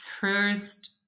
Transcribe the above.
first